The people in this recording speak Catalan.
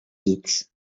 dits